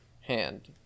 hand